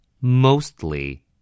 Mostly